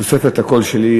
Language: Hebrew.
בתוספת הקול שלי,